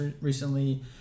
recently